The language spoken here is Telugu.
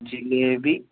జిలేబి